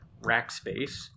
Rackspace